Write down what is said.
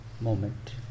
moment